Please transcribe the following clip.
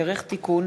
(תיקון,